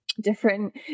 different